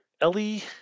Ellie